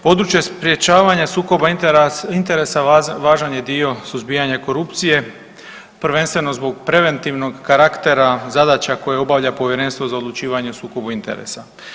Područje sprečavanja sukoba interesa važan je dio suzbijanja korupcije, prvenstveno zbog preventivnog karaktera zadaća koje obavlja Povjerenstvo za odlučivanje o sukobu interesa.